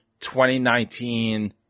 2019